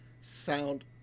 Sound